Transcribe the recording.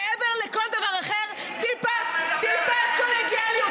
מעבר לכל דבר אחר, טיפה קולגיאליות.